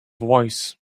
voice